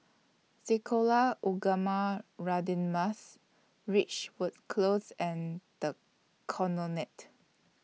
Sekolah Ugama Radin Mas Ridgewood Close and The Colonnade